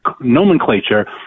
nomenclature